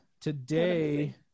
today